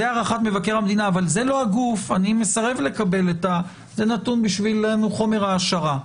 אבל אני מסרב לקבל זה חומר העשרה.